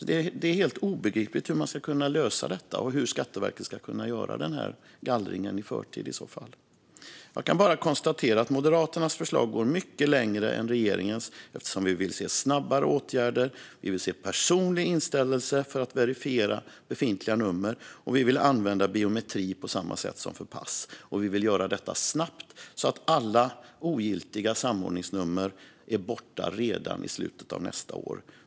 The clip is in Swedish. Det är helt obegripligt hur man ska kunna lösa detta och hur Skatteverket ska kunna göra denna gallring i förtid. Jag kan bara konstatera att Moderaternas förslag går mycket längre än regeringens. Vi vill se snabbare åtgärder, vi vill se personlig inställelse för att verifiera befintliga nummer och vi vill använda biometri på samma sätt som för pass. Vi vill också göra detta snabbt, så att alla ogiltiga samordningsnummer är borta redan i slutet av nästa år.